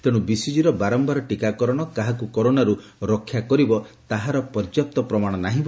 ତେଣୁ ବିସିଜିର ବାରମ୍ଭାର ଟୀକାକରଣ କାହାକୁ କରୋନାରୁ ରକ୍ଷା କରିବ ତାହାର ପର୍ଯ୍ୟାପ୍ତ ପ୍ରମାଣ ନାହିଁ